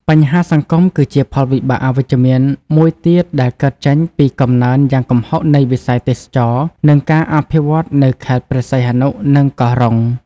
បញ្ហាសង្គម គឺជាផលវិបាកអវិជ្ជមានមួយទៀតដែលកើតចេញពីកំណើនយ៉ាងគំហុកនៃវិស័យទេសចរណ៍ និងការអភិវឌ្ឍន៍នៅខេត្តព្រះសីហនុ និងកោះរ៉ុង។